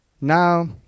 Now